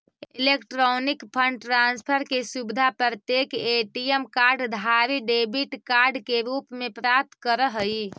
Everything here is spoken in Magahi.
इलेक्ट्रॉनिक फंड ट्रांसफर के सुविधा प्रत्येक ए.टी.एम कार्ड धारी डेबिट कार्ड के रूप में प्राप्त करऽ हइ